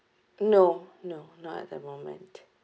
no no not at the moment